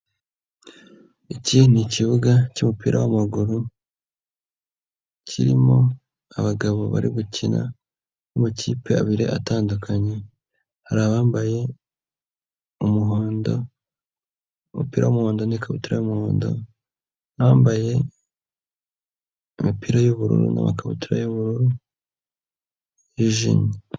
Iki ni ikibuga cy'umupira w'amaguru, kirimo abagabo bari gukina b'amakipe abiri atandukanye, hari abambaye umuhondo, umupira w'umuhondo n'ikabutura y'umuhondo n'abambaye imipira y'ubururu n'amakabutura y'ubururu yijimye.